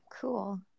Cool